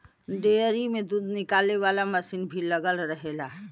dairy में दूध निकाले वाला मसीन भी लगल रहेला